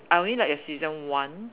I only like the season one